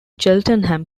cheltenham